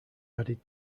added